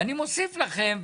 ואני מוסיף לכם,